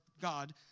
God